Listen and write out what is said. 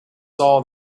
saw